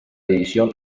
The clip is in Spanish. división